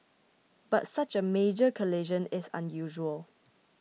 but such a major collision is unusual